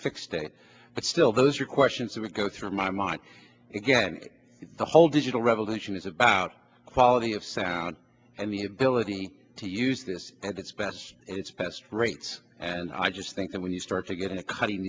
date but still those are questions that we go through my mind again the whole digital revolution is about quality of sound and the ability to use this and its best its best rates and i just think that when you start to get into cutting